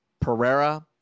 Pereira